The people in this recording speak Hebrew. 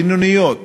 בינוניות,